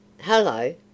Hello